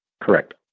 Correct